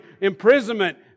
imprisonment